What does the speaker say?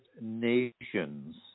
nations